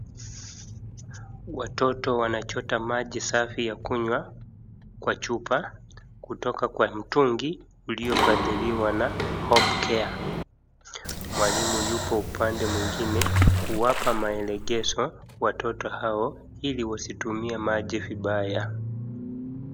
Watoto wanachota maji safi ya kunywa kwa chupa kutoka kwa mtungi uliofadhiliwa na Hope care. Mwalimu yupo upande mwingine kuwapa maelekezo watoto hao ili wasitumie maji vibaya.